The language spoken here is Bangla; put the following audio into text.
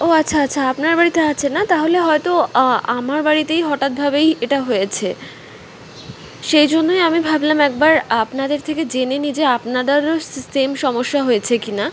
ও আচ্ছা আচ্ছা আপনার বাড়িতে আছে না তাহলে হয়তো আমার বাড়িতেই হঠাৎ ভাবেই এটা হয়েছে সেই জন্যই আমি ভাবলাম একবার আপনাদের থেকে জেনে নিই যে আপনাদার সেম সমস্যা হয়েছে কিনা